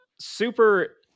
Super